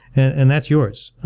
and that's yours.